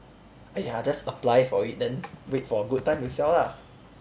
!aiya! just apply for it then wait for a good time to sell lah